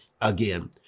again